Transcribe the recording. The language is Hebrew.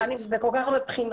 טיפול בכל כך הרבה בחינות